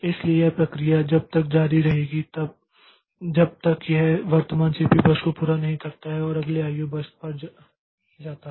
इसलिए यह प्रक्रिया तब तक जारी रहेगी जब तक यह वर्तमान सीपीयू बर्स्ट को पूरा नहीं करता है और अगले आईओ बर्स्ट पर जाता है